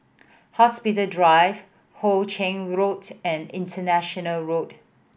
Hospital Drive Hoe Chiang Road and International Road